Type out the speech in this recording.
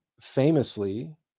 famously